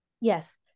Yes